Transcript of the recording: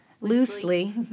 loosely